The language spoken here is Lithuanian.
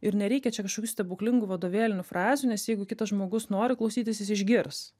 ir nereikia čia kažkokių stebuklingų vadovėlinių frazių nes jeigu kitas žmogus nori klausytis jis išgirs